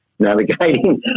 Navigating